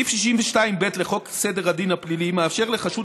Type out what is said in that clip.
סעיף 62(ב) לחוק סדר הדין הפלילי מאפשר לחשוד